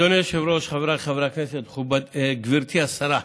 אדוני היושב-ראש, חבריי חברי הכנסת, גברתי השרה,